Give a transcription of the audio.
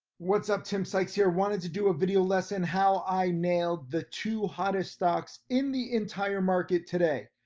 what's up, tim sykes here, wanted to do a video lesson, how i nailed the two hottest stocks in the entire market today.